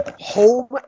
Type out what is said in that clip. Home